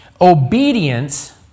Obedience